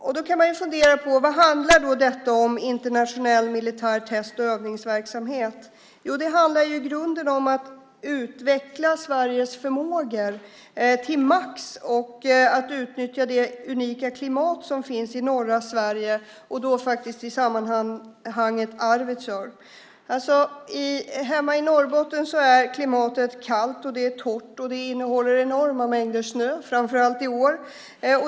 Man kan fundera på vad internationell militär test och övningsverksamhet handlar om. Jo, det handlar i grunden om att utveckla Sveriges förmågor till max och att utnyttja det unika klimat som finns i norra Sverige och Arvidsjaur. Hemma i Norrbotten är klimatet kallt och torrt och innehåller enorma mängder snö, framför allt i år.